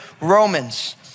Romans